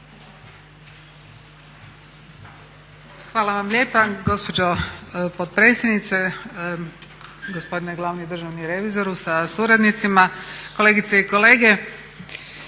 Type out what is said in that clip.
Hvala vam lijepa gospođo potpredsjednice, gospodine glavni državni revizoru sa suradnicima, kolegice i kolege.